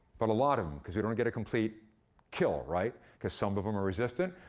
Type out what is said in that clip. but a lot of em, cause we don't get a complete kill, right? cause some of em are resistant.